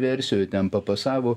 versijoj ten papasavo